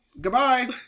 Goodbye